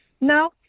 No